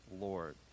Lord